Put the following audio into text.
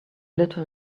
little